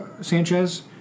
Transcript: Sanchez